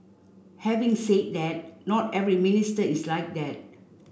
having said that not every minister is like that